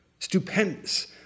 Stupendous